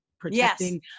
protecting